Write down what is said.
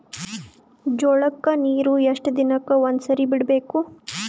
ಜೋಳ ಕ್ಕನೀರು ಎಷ್ಟ್ ದಿನಕ್ಕ ಒಂದ್ಸರಿ ಬಿಡಬೇಕು?